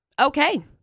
Okay